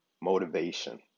motivation